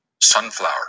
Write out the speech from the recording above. sunflower